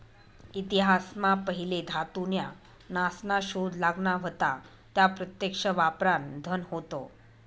इतिहास मा पहिले धातू न्या नासना शोध लागना व्हता त्या प्रत्यक्ष वापरान धन होत